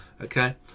Okay